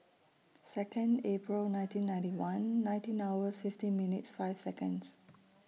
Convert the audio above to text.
Second April nineteen ninety one nineteen hours fifteen minutes five Seconds